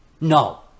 No